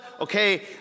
okay